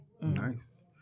Nice